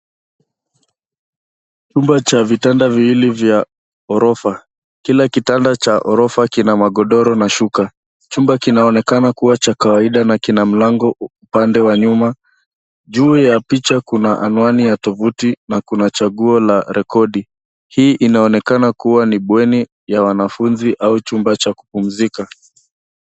Chumba cha vitanda viwili vya ghorofa. Kila kitanda cha ghorofa kina magodoro na shuka. Chumba kinaonekana kuwa cha kawaida na kina mlango upande wa nyuma. Juu ya picha kuna anwani ya tovuti na kuna chaguo la rekodi. Hii inaonekana kama kuwa ni bweni ya wanafunzi au chumba cha kupumzika.